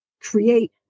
create